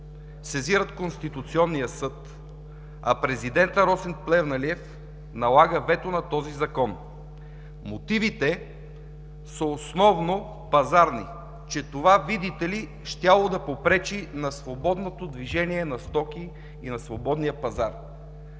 сезират Конституционния съд, а президентът Росен Плевнелиев налага вето над този закон. Мотивите са основно пазарни – че това, видите ли, щяло да попречи на свободното движение на стоки и на свободния пазар.